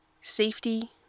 safety